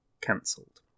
cancelled